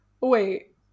wait